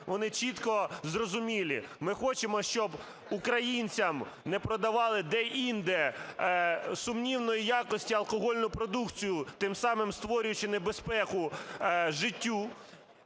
вони чітко зрозумілі. Ми хочемо, щоб українцям не продавали деінде сумнівної якості алкогольну продукцію, тим самим створюючи небезпеку життю.